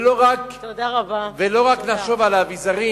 ולא רק לחשוב על האביזרים